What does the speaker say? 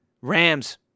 Rams